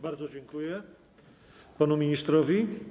Bardzo dziękuję panu ministrowi.